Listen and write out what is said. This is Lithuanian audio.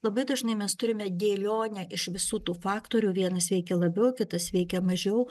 labai dažnai mes turime dėlionę iš visų tų faktorių vienas veikia labiau kitas veikia mažiau